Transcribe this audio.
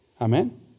Amen